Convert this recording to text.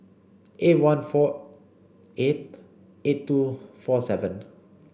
eight one four eight eight two four seven